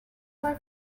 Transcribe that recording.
ray